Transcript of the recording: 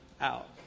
out